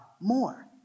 more